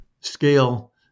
scale